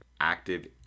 active